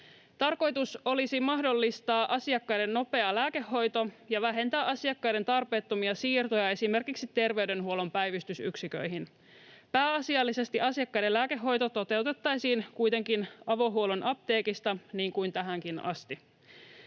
Tarkoitus olisi mahdollistaa asiakkaiden nopea lääkehoito ja vähentää asiakkaiden tarpeettomia siirtoja esimerkiksi terveydenhuollon päivystysyksiköihin. Pääasiallisesti asiakkaiden lääkehoito toteutettaisiin kuitenkin avohuollon apteekista, niin kuin tähänkin asti.